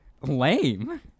Lame